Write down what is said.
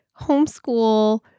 homeschool